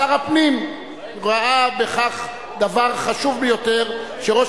שר הפנים ראה בכך דבר חשוב ביותר שראש